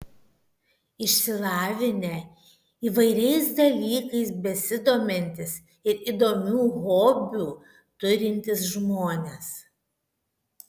išsilavinę įvairiais dalykais besidomintys ir įdomių hobių turintys žmonės